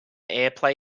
airplay